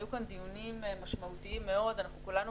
היו כאן דיונים משמעותיים מאוד וכולנו